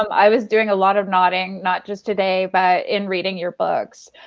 um i was doing a lot of nodding, not just today, but in reading your books,